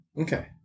Okay